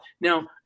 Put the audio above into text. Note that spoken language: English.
Now